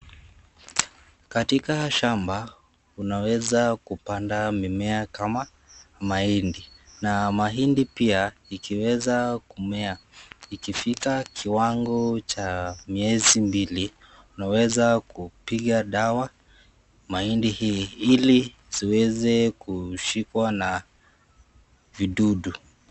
Katika shamba, unaweza kupanda mimea kama, mahindi, na mahindi pia, ikiweza kumea, ikifika kiwango cha miezi mbili, unaweza kupiga dawa mahindi hii, ili isiweze kushikwa na, vidudu.